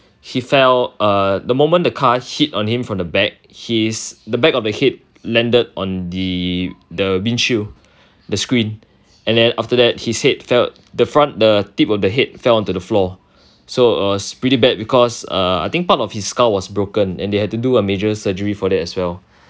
he fell uh the moment the car hit on him from the back his the back of the head landed on the the windshield the screen and then after that he said fell the front the tip of the head fell on the floor so uh it was pretty bad because uh I think part of his skull was broken and they had to do a major surgery for that as well